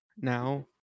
now